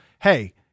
hey